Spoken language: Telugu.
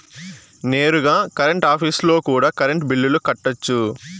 నేరుగా కరెంట్ ఆఫీస్లో కూడా కరెంటు బిల్లులు కట్టొచ్చు